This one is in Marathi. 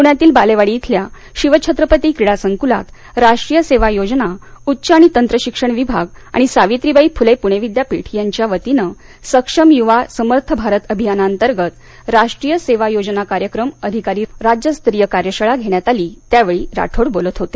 पूण्यातील बालेवाडी इथल्या शिवछत्रपती क्रीडा संकुलात राष्ट्रीय सेवा योजना उच्च आणि तंत्रशिक्षण विभाग आणि सावित्रीबाई फुले पूणे विद्यापीठ यांच्या वतीने सक्षम युवा समर्थ भारत अभियानांतर्गत राष्ट्रीय सेवा योजना कार्यक्रम अधिकारी राज्यस्तरीय कार्यशाळा घेण्यात आली त्या वेळी राठोड बोलत होते